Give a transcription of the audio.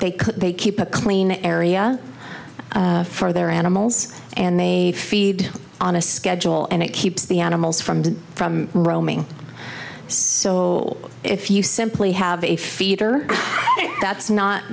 could they keep a clean area for their animals and they feed on a schedule and it keeps the animals from roaming so if you simply have a feeder that's not